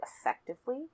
effectively